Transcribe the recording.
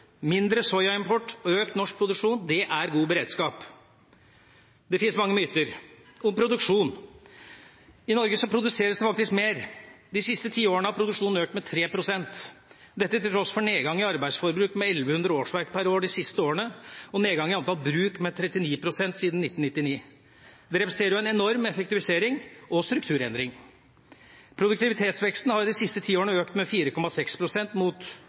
Mindre soyaimport og økt norsk produksjon er god beredskap. Det finnes mange myter om produksjon. I Norge produseres det faktisk mer. De siste tiårene har produksjonen økt med 3 pst., dette til tross for nedgang i arbeidsforbruk med 1 100 årsverk per år de siste årene og nedgang i antall bruk med 39 pst. siden 1999. Det representerer en enorm effektivisering og strukturendring. Produktivitetsveksten har de siste ti årene økt med